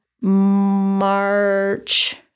March